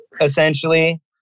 essentially